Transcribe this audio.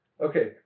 okay